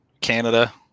Canada